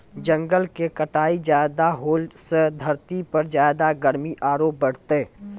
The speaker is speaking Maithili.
जंगल के कटाई ज्यादा होलॅ सॅ धरती पर ज्यादा गर्मी आरो बढ़तै